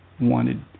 wanted